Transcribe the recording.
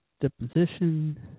Deposition